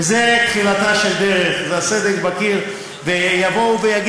וזו תחילתה של דרך, זה הסדק בקיר.